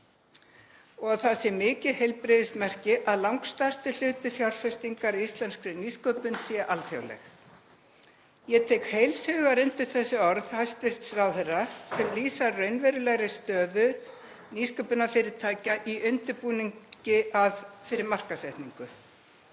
að það sé mikið heilbrigðismerki að langstærstur hluti fjárfestingar í íslenskri nýsköpun sé alþjóðlegur. Ég tek heils hugar undir þau orð hæstv. ráðherra sem lýsa raunverulegri stöðu nýsköpunarfyrirtækja í undirbúningi fyrir markaðssetningu.